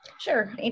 Sure